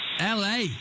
LA